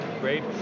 great